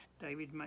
David